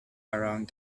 around